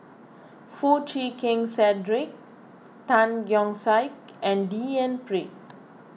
Foo Chee Keng Cedric Tan Keong Saik and D N Pritt